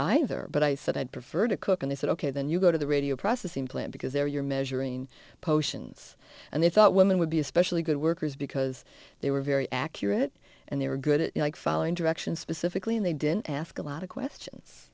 either but i said i'd prefer to cook and they said ok then you go to the radio processing plant because they're your measuring potions and they thought women would be especially good workers because they were very accurate and they were good at following directions specifically and they didn't ask a lot of questions